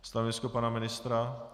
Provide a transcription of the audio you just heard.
Stanovisko pana ministra?